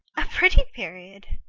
a pretty period!